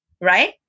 right